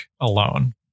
alone